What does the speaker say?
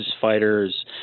fighters